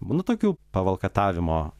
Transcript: nu tokių pavalkatavimo